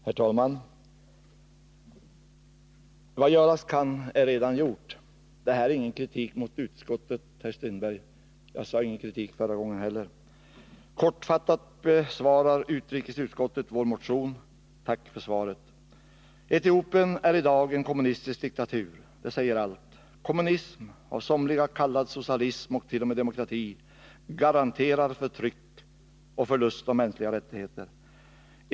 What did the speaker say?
Herr talman! Vad göras kan är redan gjort. Detta innebär ingen kritik mot utskottet, Per-Olof Strindberg. Jag framförde inte någon kritik i det förra ärendet heller. Kortfattat besvarar utrikesutskottet vår motion. Tack för svaret. Etiopien är i dag en kommunistisk diktatur. Det säger allt. Kommunism — av somliga kallad socialism och t.o.m. demokrati — garanterar förtryck och förlust av mänskliga rättigheter.